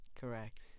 Correct